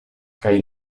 kaj